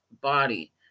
body